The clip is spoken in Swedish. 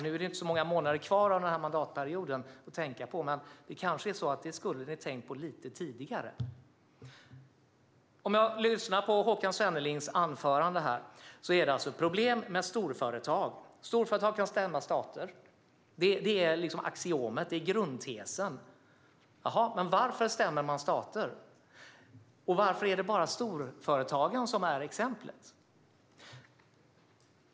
Nu är det inte så många månader kvar av mandatperioden, men ni skulle kanske ha tänkt på detta lite tidigare. När jag lyssnar på Håkan Svennelings anförande hör jag att det är problem med storföretag. De kan stämma stater; det är axiomet, grundtesen. Men varför stämmer man stater, och varför är det bara storföretag som är exemplet?